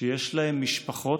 שיש להם משפחות,